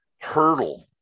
hurdle